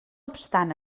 obstant